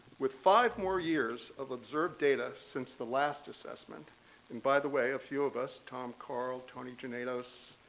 with five more years of observed data since the last assessment and, by the way, a few of us tom carl, tony genados,